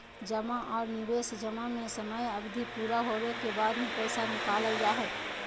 जमा आर निवेश जमा में समय अवधि पूरा होबे के बाद ही पैसा निकालल जा हय